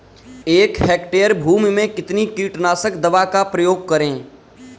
एक हेक्टेयर भूमि में कितनी कीटनाशक दवा का प्रयोग करें?